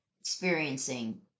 experiencing